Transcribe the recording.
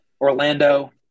Orlando